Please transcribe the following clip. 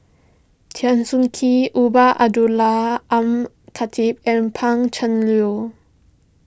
Teo Soon Kim Abdullah Al Khatib and Pan Cheng Lui